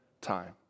time